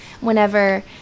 whenever